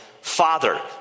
Father